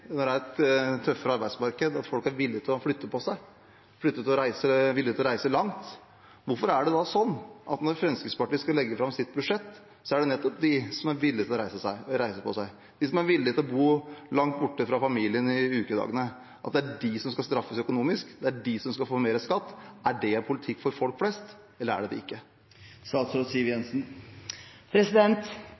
at folk er villig til å flytte på seg, er villig til å reise langt. Hvorfor er det da sånn at når Fremskrittspartiet skal legge fram sitt budsjett, er det nettopp de som er villig til å reise, de som er villig til å bo langt borte fra familiene i ukedagene, som skal straffes økonomisk, at det er de som skal få mer skatt? Er det politikk for folk flest, eller er det det ikke?